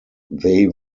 they